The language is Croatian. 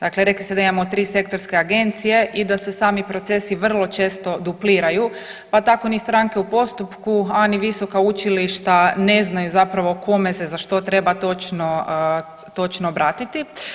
Dakle, rekli da imamo 3 sektorske agencije i da se sami procesi vrlo često dupliraju pa tako ni stranke u postupku, a ni visoka učilišta ne znaju zapravo kome se za što treba točno, točno obratiti.